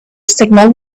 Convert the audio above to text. signal